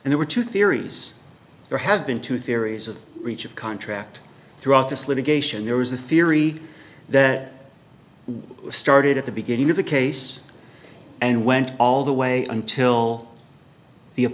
and there are two theories there have been two theories of breach of contract throughout this litigation there was a theory that was started at the beginning of the case and went all the way until the